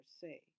say